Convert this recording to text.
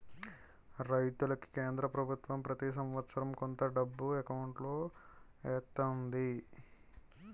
రైతులకి కేంద్ర పభుత్వం ప్రతి సంవత్సరం కొంత డబ్బు ఎకౌంటులో ఎత్తంది